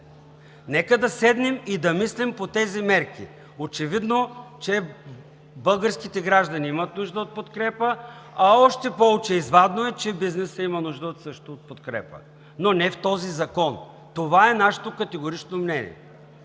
Нека да седнем и мислим по тези мерки. Очевидно, че българските граждани имат нужда от подкрепа, а още по очеизвадно е, че бизнесът има също нужда от подкрепа, но не в този закон – това е нашето категорично мнение.